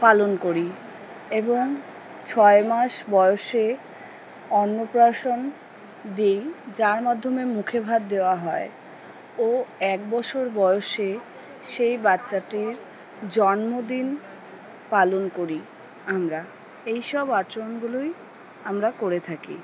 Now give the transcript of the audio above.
পালন করি এবং ছয় মাস বয়সে অন্নপ্রাশন দিই যার মাধ্যমে মুখে ভাত দেওয়া হয় ও এক বছর বয়সে সেই বাচ্চাটির জন্মদিন পালন করি আমরা এইসব আচরণগুলোই আমরা করে থাকি